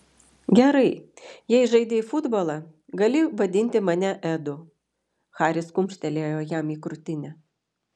gerai jei žaidei futbolą gali vadinti mane edu haris kumštelėjo jam į krūtinę